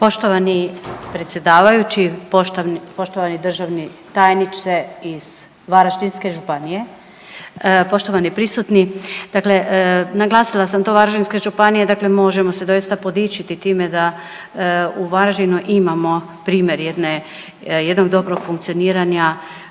Poštovani predsjedavajući, poštovani državni tajniče iz Varaždinske županije, poštovani prisutni. Dakle, naglasila sam to iz Varaždinske županije dakle možemo se doista podičiti time da u Varaždinu imamo primjer jednog dobrog funkcioniranja